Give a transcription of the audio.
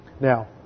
Now